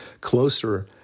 closer